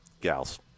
gals